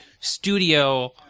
studio